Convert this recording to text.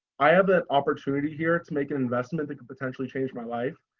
i have that opportunity here to make an investment that could potentially change my life.